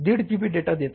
5 GB data देतात